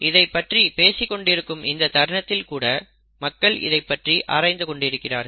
இதைப் பற்றி பேசிக் கொண்டிருக்கும் இந்த தருணத்தில் கூட மக்கள் இதைப் பற்றி ஆராய்ந்து கொண்டிருக்கிறார்கள்